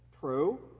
True